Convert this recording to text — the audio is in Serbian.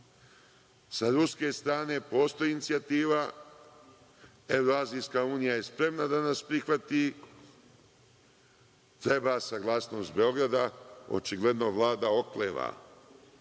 ruske strane postoji inicijativa, Evroazijska unija je spremana da nas prihvati, treba saglasnost Beograda. Očigledno Vlada okleva.